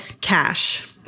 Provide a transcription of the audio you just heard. Cash